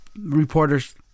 reporters